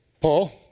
Paul